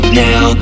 now